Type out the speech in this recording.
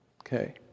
okay